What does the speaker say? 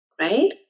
right